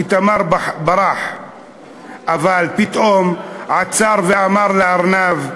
איתמר ברח, אבל פתאום עצר ואמר לארנב: